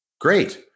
Great